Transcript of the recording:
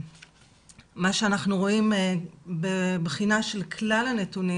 מה שאנחנו רואים בבחינה של כלל הנתונים,